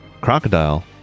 crocodile